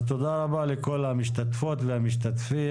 תודה רבה לכל המשתתפות והמשתתפים,